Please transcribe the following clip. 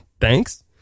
Thanks